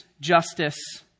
justice